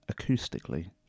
acoustically